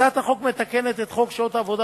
הצעת החוק מתקנת את חוק שעות עבודה